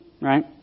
right